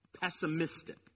pessimistic